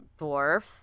dwarf